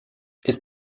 ist